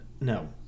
No